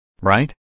right